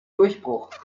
durchbruch